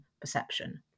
perception